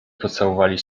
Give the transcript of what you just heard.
pocałowali